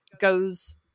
goes